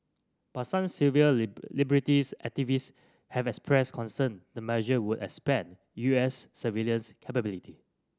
but some civil liberties activist have expressed concern the measure would expand U S surveillance capability